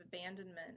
abandonment